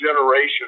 generation